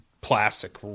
plastic